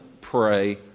pray